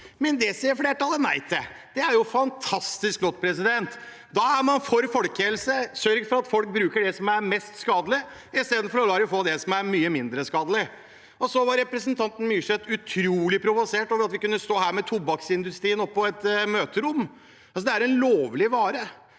men det sier flertallet nei til. Det er fantastisk flott, da er man for folkehelse. Man sørger for at folk bruker det som er mest skadelig, istedenfor å la dem få det som er mye mindre skadelig. Representanten Myrseth var utrolig provosert over at vi kunne stå med tobakksindustrien oppe på et møterom her. Det er en lovlig vare.